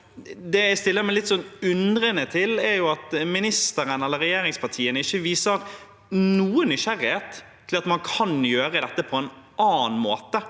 Det jeg stiller meg litt undrende til, er at ministeren eller regjeringspartiene ikke viser noen nysgjerrighet med hensyn til at man kan gjøre dette på en annen måte